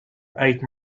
ate